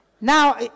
Now